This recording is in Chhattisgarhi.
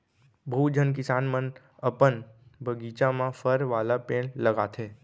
बहुत झन किसान मन अपन बगीचा म फर वाला पेड़ लगाथें